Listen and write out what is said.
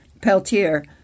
Peltier